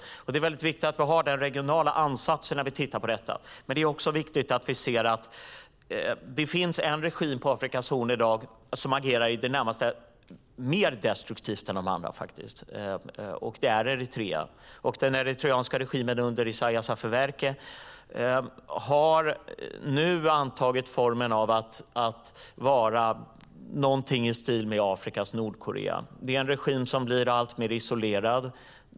Det är väldigt viktigt att vi har den regionala ansatsen när vi tittar på detta. Det är dock också viktigt att vi ser att det finns en regim på Afrikas horn i dag som faktiskt agerar i det närmaste mer destruktivt än de andra, och det är Eritrea. Den eritreanska regimen under Isaias Afewerke har nu antagit formen av någonting i stil med Afrikas Nordkorea. Det är en regim som blir alltmer isolerad.